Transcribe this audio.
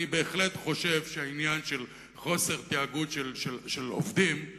אני בהחלט חושב שהעניין של חוסר תאגוד של עובדים הוא